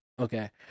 Okay